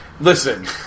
listen